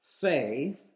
faith